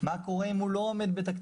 מה קורה אם הוא לא עומד בתקציבו.